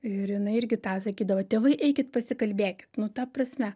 ir jinai irgi tą sakydavo tėvai eikit pasikalbėkit nu ta prasme